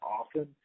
often